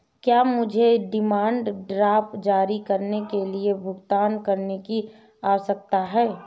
क्या मुझे demand draft जारी करने के लिए भुगतान करने की आवश्यकता है?